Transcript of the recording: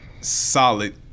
solid